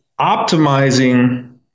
optimizing